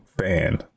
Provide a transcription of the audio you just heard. fan